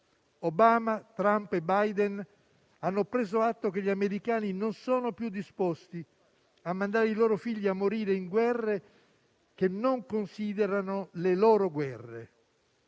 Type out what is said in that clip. Obama, Trump, Biden hanno preso atto che gli americani non sono più disposti a mandare i loro figli a morire in guerre che non considerano le loro guerre.